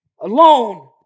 alone